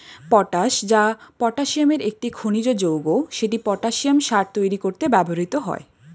potash, যা পটাসিয়ামের একটি খনিজ যৌগ, সেটি পটাসিয়াম সার তৈরি করতে ব্যবহৃত হয়